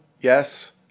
yes